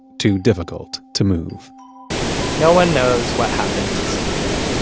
too difficult to move no one knows what happened to cynthia.